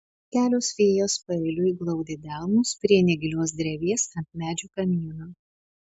kelios fėjos paeiliui glaudė delnus prie negilios drevės ant medžio kamieno